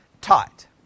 taught